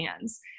hands